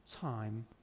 time